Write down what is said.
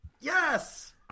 Yes